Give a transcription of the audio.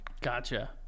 Gotcha